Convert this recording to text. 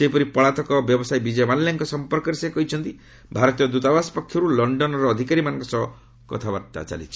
ସେହିପରି ପଳାତକ ବ୍ୟବସାୟୀ ବିଜୟ ମାଲ୍ୟାଙ୍କ ସମ୍ପର୍କରେ ସେ କହିଛନ୍ତି ଭାରତୀୟ ଦୂତାବାସ ପକ୍ଷରୁ ଲଣ୍ଡନର ଅଧିକାରୀମାନଙ୍କ ସହ କଥାବାର୍ତ୍ତା ଚାଲିଛି